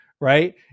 right